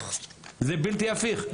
זה בלתי הפיך.